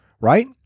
right